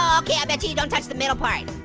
um okay i betcha you don't touch the middle part.